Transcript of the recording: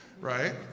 right